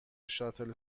شاتل